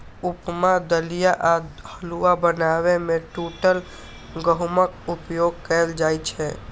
उपमा, दलिया आ हलुआ बनाबै मे टूटल गहूमक उपयोग कैल जाइ छै